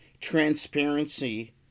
transparency